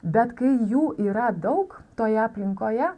bet kai jų yra daug toje aplinkoje